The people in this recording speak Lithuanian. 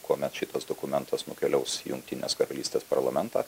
kuomet šitas dokumentas nukeliaus į jungtinės karalystės parlamentą